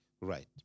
right